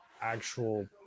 actual